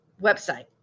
website